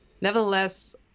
nevertheless